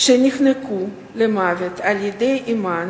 שנחנקו למוות על-ידי אמן,